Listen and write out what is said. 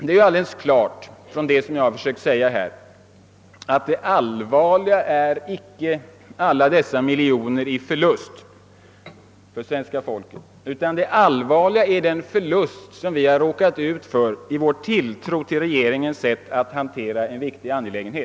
Självfallet är, såsom jag nu försökt göra gällande, det allvarliga icke alla de miljoner i förlust som svenska folket lidit, utan den förlust som vi drabbats av i vår tilltro till regeringens sätt att hantera en viktig angelägenhet.